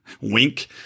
Wink